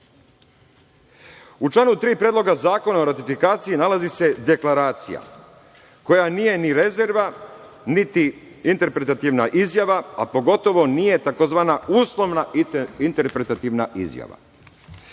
članu 3. Predloga zakona o ratifikaciji nalazi se Deklaracija koja nije ni rezerva niti interpretativna izjava, a pogotovo nije takozvana uslovna interpretativna izjava.